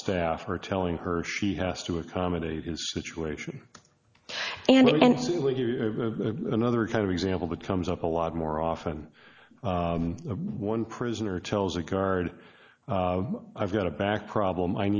staff are telling her she has to accommodate situation and another kind of example that comes up a lot more often one prisoner tells a guard i've got a back problem i